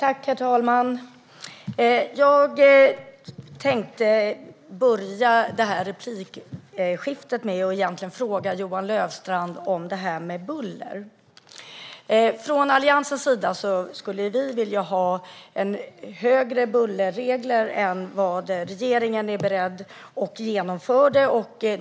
Herr talman! Jag tänkte inleda replikskiftet med att fråga Johan Löfstrand om detta med buller. Vi från Alliansen skulle vilja ha högre nivåer i bullerreglerna än vad regeringen är beredd att genomföra.